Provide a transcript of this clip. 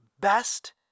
best